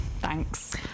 thanks